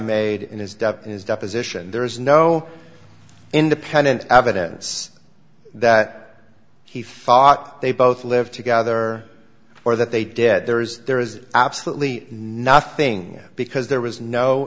made in his death in his deposition there is no independent evidence that he thought they both live together or that they did there is there is absolutely nothing because there was no